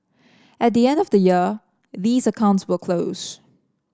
at the end of the year these accounts will close